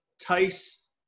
Tice